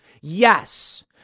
Yes